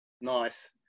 Nice